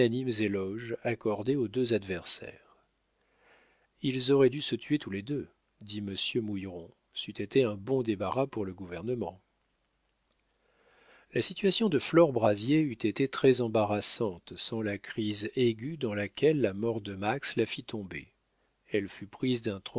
éloges accordés aux deux adversaires ils auraient dû se tuer tous les deux dit monsieur mouilleron c'eût été un bon débarras pour le gouvernement la situation de flore brazier eût été très embarrassante sans la crise aiguë dans laquelle la mort de max la fit tomber elle fut prise d'un transport